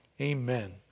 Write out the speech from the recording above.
amen